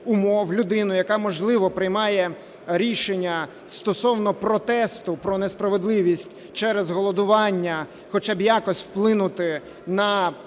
яка, можливо, приймає рішення стосовно протесту про несправедливість через голодування хоча б якось вплинути на